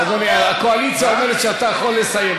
אדוני, הקואליציה אומרת שאתה יכול לסיים.